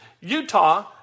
Utah